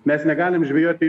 mes negalim žvejoti